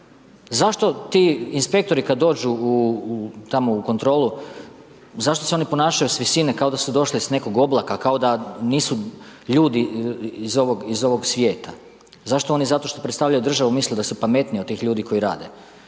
Zašto ti inspektori kad dođu u tamo u kontrolu, zašto se oni ponašaju s visine, kao da su došli s nekog oblaka, kao da nisu ljudi iz ovog svijeta? Zašto oni zato što predstavljaju državu misle da su pametniji od tih ljudi koji rade?